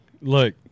look